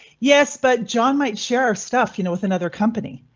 yes, but john might share stuff you know with another company.